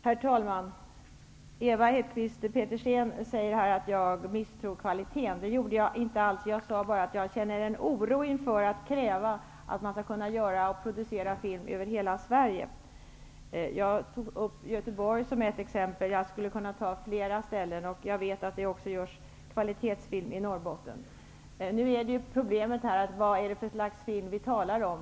Herr talman! Ewa Hedkvist Petersen säger att jag misstror kvaliteten. Det gjorde jag inte alls. Jag sade bara att jag känner en oro inför kravet på att man skall kunna producera film över hela Sverige. Jag nämnde Göteborg som ett exempel. Jag skulle kunna ta fler exempel. Jag vet att det också görs kvalitetsfilm i Norrbotten. Men vad är det för slags film vi talar om?